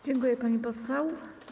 Dziękuję, pani poseł.